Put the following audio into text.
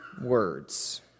words